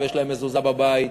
ויש להם מזוזה בבית,